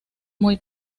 muy